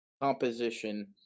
composition